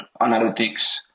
analytics